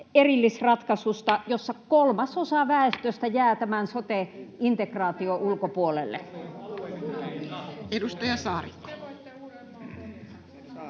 jossa kolmasosa väestöstä jää tämän sote-integraation ulkopuolelle. Edustaja Saarikko.